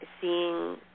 seeing